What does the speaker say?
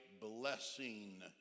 blessing